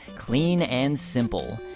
clean and simple.